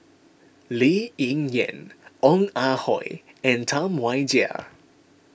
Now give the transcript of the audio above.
Lee Ling Yen Ong Ah Hoi and Tam Wai Jia